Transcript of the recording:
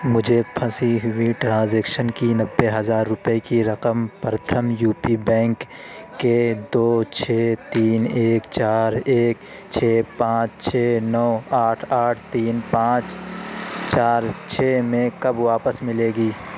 مجھے پھنسی ہوئی ٹرانزیکشن کی نوے ہزار روپے کی رقم پرتھم یو پی بینک کے دو چھ تین ایک چار ایک چھ پانچ چھ نو آٹھ آٹھ تین پانچ چار چھ میں کب واپس ملے گی